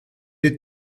est